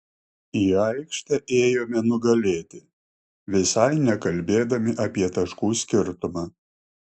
į aikštę ėjome nugalėti visai nekalbėdami apie taškų skirtumą